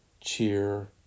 cheer